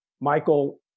Michael